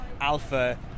Alpha